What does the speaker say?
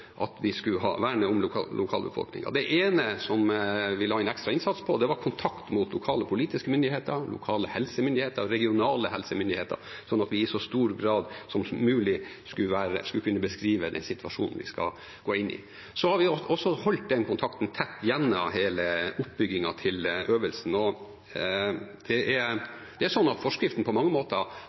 at vi skulle verne om lokalbefolkningen. Det ene vi la inn ekstra innsats på, var kontakt mot lokale politiske myndigheter, lokale helsemyndigheter og regionale helsemyndigheter, sånn at vi i så stor grad som mulig skulle kunne beskrive den situasjonen vi skal gå inn i. Så har vi holdt den kontakten tett gjennom hele oppbyggingen til øvelsen, og